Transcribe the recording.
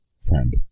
friend